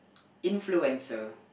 influencer